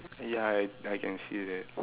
ya I I can see that